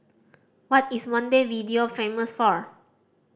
what is Montevideo famous for